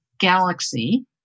galaxy